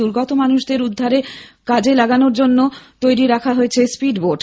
দুর্গত মানুষদের উদ্ধারের কাজে লাগানোর জন্য তৈরি রাখা হয়েছে স্পিডবোট